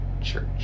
church